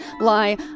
lie